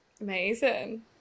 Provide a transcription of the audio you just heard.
Amazing